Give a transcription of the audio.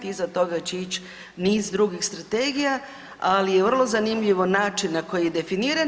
Iza toga će ići niz drugih strategija, ali je vrlo zanimljivo način na koji je definiran.